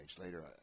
later